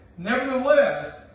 nevertheless